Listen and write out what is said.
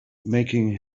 making